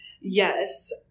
Yes